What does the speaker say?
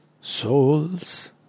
souls